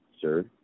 sir